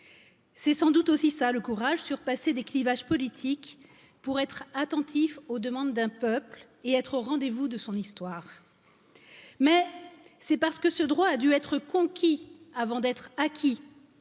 c'est sans doute aussi ça le courage de surpasser des clivages politiques pour être attentif aux demandes d'un peuple et être au rendez vous de son histoire. Mais c'est parce que ce droit a dû être conquis avant d'être acquis,